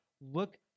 Look